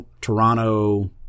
Toronto